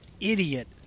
idiot